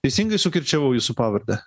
teisingai sukirčiavau jūsų pavardę